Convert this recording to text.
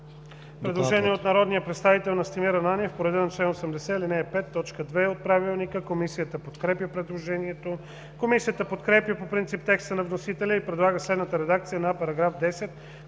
–предложение от народния представител Настимир Ананиев по реда на чл. 80, ал. 5, т. 2 от Правилника. Комисията подкрепя предложението. Комисията подкрепя по принцип текста на вносителя и предлага следната редакция на § 10,